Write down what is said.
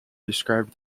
described